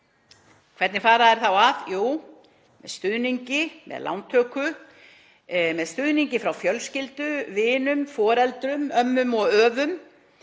Hvernig fara þau þá að? Jú, með stuðningi, með lántöku, með stuðningi frá fjölskyldu, vinum, foreldrum, ömmum og öfum,